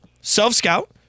self-scout